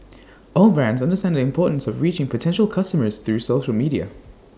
all brands understand the importance of reaching potential customers through social media